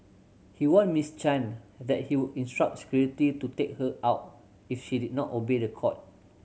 he warned Miss Chan that he would instruct security to take her out if she did not obey the court